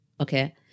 okay